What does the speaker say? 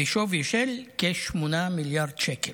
בשווי של כ-8 מיליארד שקל.